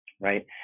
right